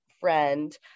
friend